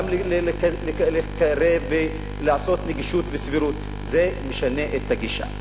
גם לקרב ולעשות נגישות וסבירות, זה משנה את הגישה.